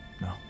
No